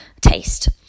taste